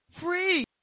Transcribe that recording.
free